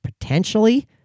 potentially